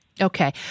Okay